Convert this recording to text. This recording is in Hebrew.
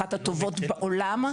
אחת הטובות בעולם,